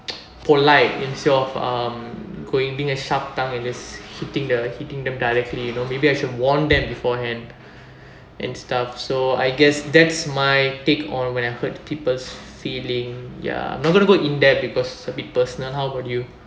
polite instead of um going being a shutdown and just hitting the hitting them directly you know maybe I should warn them beforehand and stuff so I guess that's my take on when I hurt people's feeling ya not gonna go in depth because it's a bit personal how about you